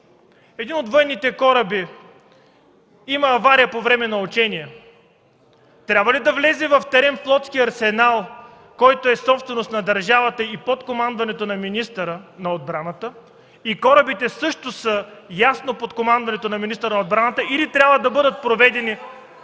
Един от военните кораби има авария по време на учение, трябва ли да влезе в терен флотският арсенал, който е собственост на държавата и под командването на министъра на отбраната и корабите също са, ясно, под командването на министъра на отбраната, или трябва да бъдат проведени